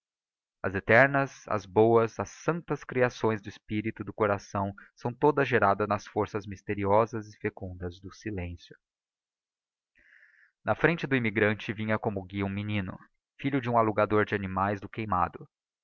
as eternas as boas as santas creações do espirito e do coração são todas geradas nas forças mysteriosas e fecundas do silencio na frente do immigrante vinha como guia um menino filho de um alugador de animaes no queimado